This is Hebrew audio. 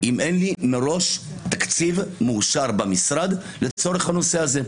אם אין לי מראש תקציב מאושר במשרד לצורך הנושא הזה.